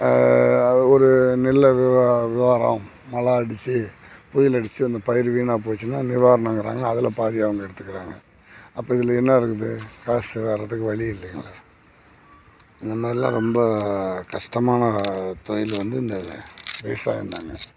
அது ஒரு நெல்லை வி மழை அடித்து புயல் அடித்து அந்த பயிரு வீணாய் போயிடுச்சுனா நிவாரணோங்கிறாங்க அதில் பாதி அவங்க எடுத்துக்கிறாங்க அப்போ இதில் என்ன இருக்குது காசு வர்றதுக்கு வழி இல்லை எங்களுக்கு இந்த மாதிரிலாம் ரொம்ப கஷ்டமான தொழில் வந்து இந்த விவசாயம் தாங்க